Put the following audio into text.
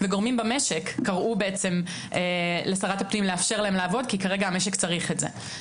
וגורמים במשק קראו לשרת הפנים לאפשר להם לעבוד כי כרגע המשק צריך את זה.